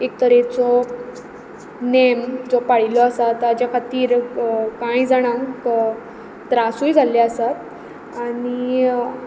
एक तरेचो नेम जो पाळिल्लो आसा ताचे खातीर कांय जाणांक त्रासय जाल्ले आसात आनी